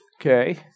okay